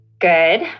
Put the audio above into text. Good